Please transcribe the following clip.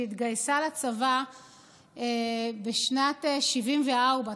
שהיא התגייסה לצבא בשנת 1974,